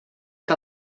que